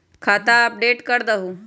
खाता अपडेट करदहु?